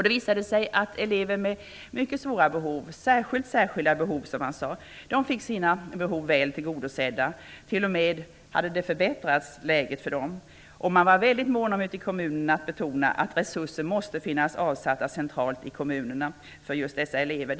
Det visade sig att elever med mycket stora behov, med vad man kallade särskilt särskilda behov, fick sina behov väl tillgodosedda. Läget för dem hade t.o.m. förbättrats. Man var ute i kommunerna väldigt mån om att betona att resurser måste finnas avsatta centralt i kommunerna för just dessa elever.